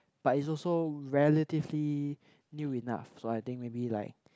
but is also relatively new enough so I think maybe like